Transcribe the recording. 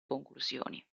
conclusioni